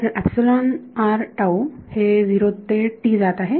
तर हे 0 ते जात आहे